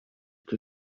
too